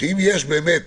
שאם יש באמת